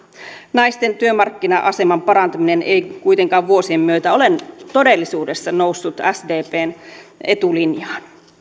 naisten työmarkkina aseman parantaminen ei kuitenkaan vuosien myötä ole todellisuudessa noussut sdpn etulinjaan